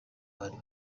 bari